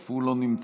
אף הוא לא נמצא,